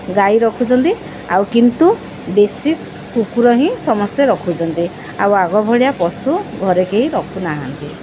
ଗାଈ ରଖୁଛନ୍ତି ଆଉ କିନ୍ତୁ ବେଶୀ କୁକୁର ହିଁ ସମସ୍ତେ ରଖୁଛନ୍ତି ଆଉ ଆଗ ଭଳିଆ ପଶୁ ଘରେ କେହିଁ ରଖୁନାହାନ୍ତି